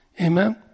Amen